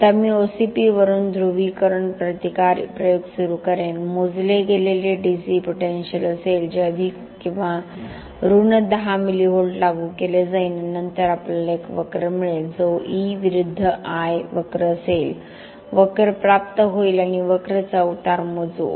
आता मी OCP वरून ध्रुवीकरण प्रतिकार प्रयोग सुरू करेन मोजले गेलेले डीसी पोटेंशिअल असेल जे अधिक किंवा उणे 10 मिलिव्होल्ट लागू केले जाईल आणि नंतर आपल्याला एक वक्र मिळेल जो E विरुद्ध I वक्र असेल वक्र प्राप्त होईल आपण वक्रचा उतार मोजू